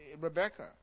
Rebecca